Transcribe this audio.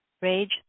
Rage